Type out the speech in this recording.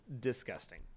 disgusting